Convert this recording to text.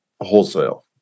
wholesale